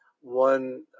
One